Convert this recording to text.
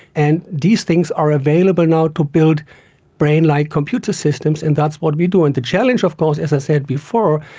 and these things are available now to build brain-like computer systems and that's what we do. and the challenge of course, as i said before,